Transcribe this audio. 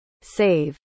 Save